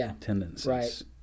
tendencies